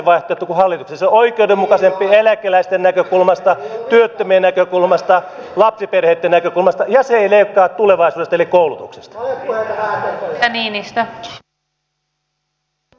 se on oikeudenmukaisempi eläkeläisten näkökulmasta työttömien näkökulmasta lapsiperheitten näkökulmasta ja se ei leikkaa tulevaisuudesta eli koulutuksesta